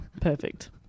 perfect